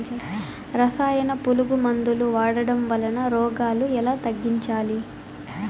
రసాయన పులుగు మందులు వాడడం వలన రోగాలు ఎలా తగ్గించాలి?